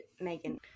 Megan